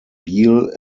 beale